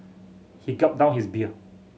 he gulped down his beer